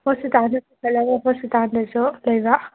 ꯍꯣꯁꯄꯤꯇꯥꯜꯗ ꯆꯠꯂꯒ ꯍꯣꯁꯄꯤꯇꯥꯜꯗꯁꯨ ꯂꯩꯕ